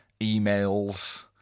emails